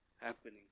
Happening